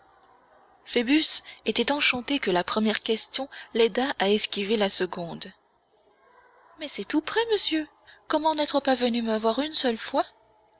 phoebus était enchanté que la première question l'aidât à esquiver la seconde mais c'est tout près monsieur comment n'être pas venu me voir une seule fois